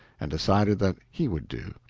and decided that he would do.